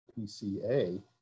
PCA